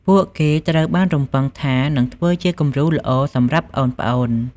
ពួកគេត្រូវបានរំពឹងថា នឹងធ្វើជាគំរូល្អសម្រាប់ប្អូនៗ។